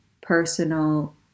personal